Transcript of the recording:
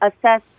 assess